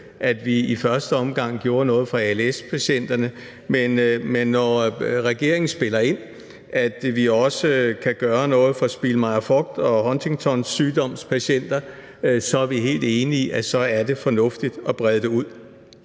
at vi i første omgang gjorde noget for als-patienterne, men når regeringen spiller ind med, at vi også kan gøre noget for patienter med Spielmeyer-Vogts sygdom og patienter med Huntingtons sygdom, så er vi helt enige i, at så er det fornuftigt at brede det ud.